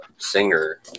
singer